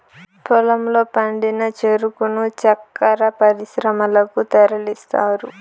పొలంలో పండిన చెరుకును చక్కర పరిశ్రమలకు తరలిస్తారు